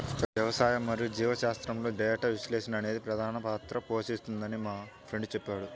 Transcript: వ్యవసాయం మరియు జీవశాస్త్రంలో డేటా విశ్లేషణ అనేది ప్రధాన పాత్ర పోషిస్తుందని మా ఫ్రెండు చెప్పాడు